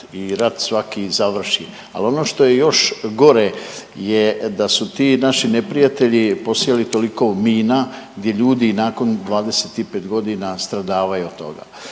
i rat svaki završi. Ali ono što je još gore je da su ti naši neprijatelji posijali toliko mina gdje ljudi nakon 25 godina stradavaju od toga.